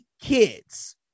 kids